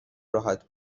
راحت